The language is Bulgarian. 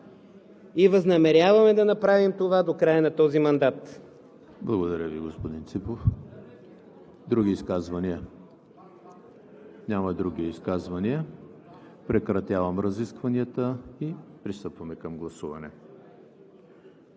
Възнамеряваме да направим това до края на този мандат. ПРЕДСЕДАТЕЛ ЕМИЛ ХРИСТОВ: Благодаря Ви, господин Ципов. Други изказвания? Няма други изказвания. Прекратявам разискванията и пристъпваме към гласуване.